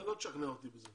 לא תשכנע אותי בזה.